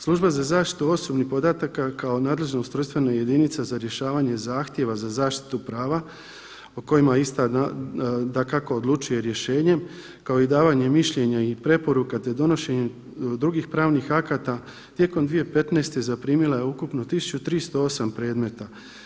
Služba za zaštitu osobnih podataka kao nadležna ustrojstvena jedinica za rješavanje zahtjeva za zaštitu prava o kojima ista dakako odlučuje rješenjem kao i davanje mišljenja i preporuka te donošenje drugih pravnih akata tijekom 2015. zaprimila je ukupno 1308 predmeta.